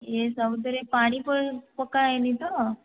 ଇଏ ସବୁଥିରେ ପାଣି ପକା ହେଇନି ତ